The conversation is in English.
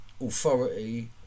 authority